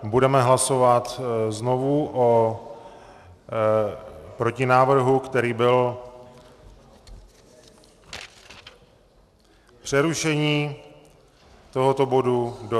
Budeme hlasovat znovu o protinávrhu, který byl přerušení tohoto bodu do 31. 12. 2018.